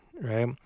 right